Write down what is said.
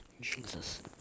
Jesus